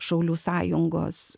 šaulių sąjungos